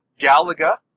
Galaga